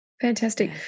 Fantastic